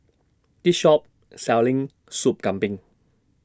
This Shop Selling Sop Kambing